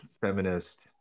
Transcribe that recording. feminist